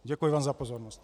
Děkuji vám za pozornost.